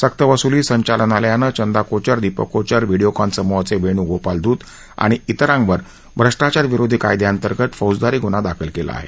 सक्तवसुली संचालनालयानं चंदा कोचर दिपक कोचर व्हिडिओकॉन समूहाचे वेणू गोपल धूत आणि तिरांवर भ्रष्टाचार विरोधी कायद्या अंतर्गत फौजदारी गुन्हा दाखल केला आहे